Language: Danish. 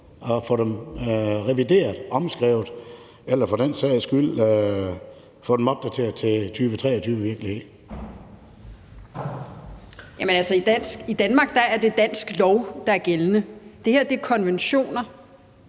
og få dem revideret, omskrevet eller for den sags skyld få dem opdateret til en 2023-virkelighed. Kl. 12:07 Mette Thiesen (DF): Altså, i Danmark er det dansk lov, der er gældende. Det her er konventioner.